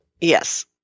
Yes